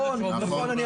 נכון, .